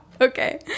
Okay